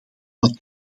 wat